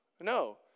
No